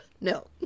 No